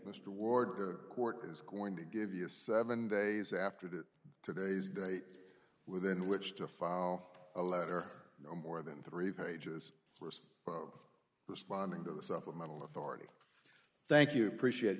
mr ward the court is going to give you a seven days after that today's date within which to file a letter no more than three pages responding to the south amount of forty thank you appreciate